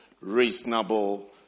reasonable